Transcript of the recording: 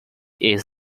east